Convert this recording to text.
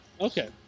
Okay